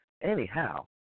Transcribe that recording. Anyhow